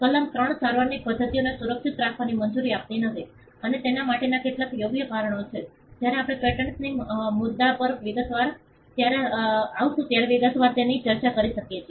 કલમ 3 સારવારની પદ્ધતિઓને સુરક્ષિત રાખવાની મંજૂરી આપતી નથી અને તેના માટેના કેટલાક યોગ્ય કારણો છે જ્યારે આપણે પેટન્ટ્સના મુદ્દા પર વિગતવાર આવસુ ત્યારે અમે તેની ચર્ચા કરી શકીએ છીએ